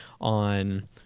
on